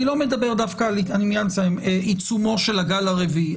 אני לא מדבר דווקא על עיצומו של הגל הרביעי,